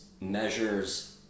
measures